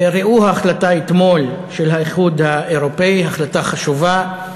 ראו ההחלטה אתמול של האיחוד האירופי, החלטה חשובה,